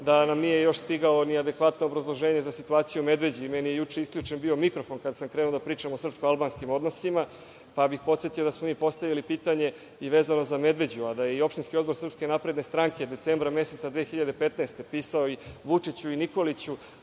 nam još stiglo adekvatno obrazloženje za situaciju u Medveđi. Meni je juče bio isključen mikrofon kada sam hteo da pričam o srpsko-albanskim odnosima, pa bih podsetio da smo mi postavili pitanje i vezano za Medveđu i da je opštinski odbor SNS decembra meseca 2015. godine pisao i Vučiću i Nikoliću,